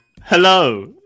Hello